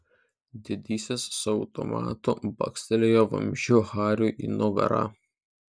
didysis su automatu bakstelėjo vamzdžiu hariui į nugarą